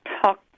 talk